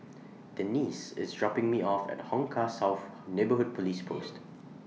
Denisse IS dropping Me off At Hong Kah South Neighbourhood Police Post